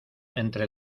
entre